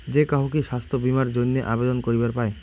যে কাহো কি স্বাস্থ্য বীমা এর জইন্যে আবেদন করিবার পায়?